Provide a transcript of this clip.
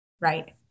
Right